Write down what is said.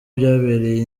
byabereye